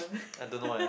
I don't know eh